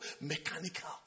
mechanical